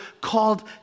called